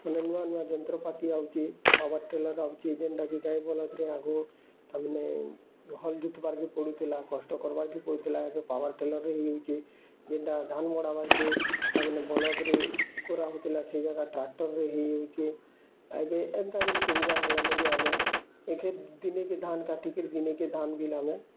ନୂଆ ନୂଆ ଜନ୍ତ୍ରପାତି ଆଉଛେ ପାୱାର୍ ଟିଲର୍ ଆଉଛି ଯେନ୍ଟାକି ଆଗକୁ ତା ମାନେ ହଲ୍ ଜୁତିବାରେ କେ ପଡୁଥିଲା କଷ୍ଟ କରବାକେ ପଡୁଥିଲା ଏବେ ପାୱାର୍ ଟିଲର୍ରେ ହେଇ ଯାଉଛି ଯେନ୍ଟା ଧାନ୍ ମଡ଼ାବା କେ ତା ମାନେ ବଳଦରେ କରା ହେଉଥିଲା ସେଇୟାକା ଟାକ୍ଟର୍ରେ ହେଇଯାଉଛି ଏବେ ଏନ୍ତା ବି ସୁବିଧା ହେଲାନୁ ଯେ ଆମେ ଦିନେ କେ ଧାନ୍ କାଟି କରି ଦିନେକେ ଧାନ୍ ବିଲମେ